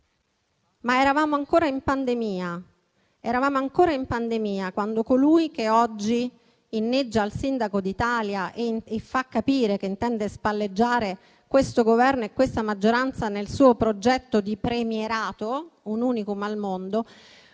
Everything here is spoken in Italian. Eravamo ancora in pandemia quando colui che oggi inneggia al sindaco d'Italia e fa capire che intende spalleggiare questo Governo e la sua maggioranza nel suo progetto di premierato, un *unicum* al mondo,